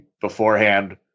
beforehand